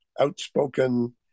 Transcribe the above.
outspoken